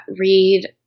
read